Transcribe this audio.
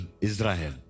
Israel